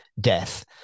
death